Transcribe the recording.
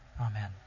Amen